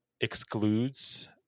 excludes